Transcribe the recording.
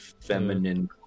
feminine